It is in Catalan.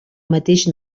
mateix